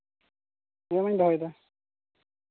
ᱦᱳᱭ ᱢᱟᱧ ᱫᱚᱦᱚᱭᱮᱫᱟ